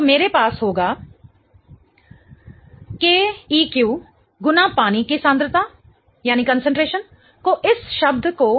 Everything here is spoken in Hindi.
तो मेरे पास होगा Keq H2O Cl H3O HCl Keq गुना पानी की सांद्रता को इस शब्द को Ka भी कहा जाता है